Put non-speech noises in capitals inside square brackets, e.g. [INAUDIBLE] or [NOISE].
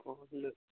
[UNINTELLIGIBLE]